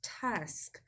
task